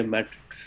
Matrix